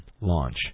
launch